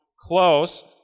close